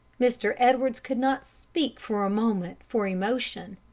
mr. edwards could not speak for a moment for emotion.